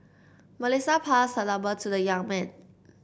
Melissa passed her number to the young man